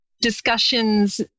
discussions